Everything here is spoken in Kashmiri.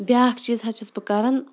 بیٛاکھ چیٖز حظ چھٮ۪س بہٕ کَران